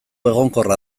egonkorra